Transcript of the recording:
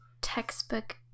textbook